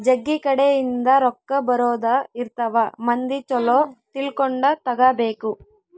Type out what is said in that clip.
ಜಗ್ಗಿ ಕಡೆ ಇಂದ ರೊಕ್ಕ ಬರೋದ ಇರ್ತವ ಮಂದಿ ಚೊಲೊ ತಿಳ್ಕೊಂಡ ತಗಾಬೇಕು